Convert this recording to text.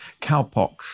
cowpox